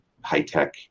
high-tech